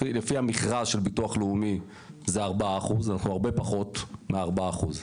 לפי המכרז של ביטוח לאומי זה 4%. אנחנו הרבה פחות מ-4%.